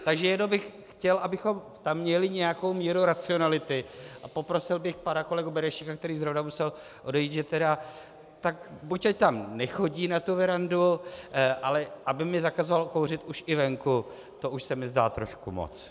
Takže jenom bych chtěl, abychom tam měli nějakou míru racionality, a poprosil bych pana kolegu Benešíka, který zrovna musel odejít, tak buď ať tam nechodí, na tu verandu, ale aby mi zakazoval kouřit už i venku, to už se mi zdá trošku moc.